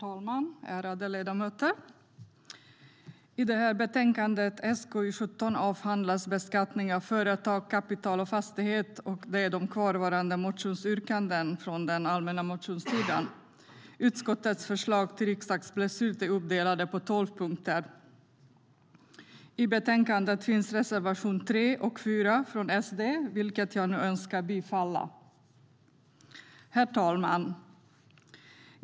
Herr talman och ärade ledamöter! I betänkande SkU17 avhandlas beskattning av företag, kapital och fastighet. Det är kvarvarande motionsyrkanden från den allmänna motionstiden. Utskottets förslag till riksdagsbeslut är uppdelat på tolv punkter. I betänkandet finns reservationerna 3 och 4 från SD, vilka jag yrkar bifall till. Herr talman!